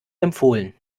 empfohlen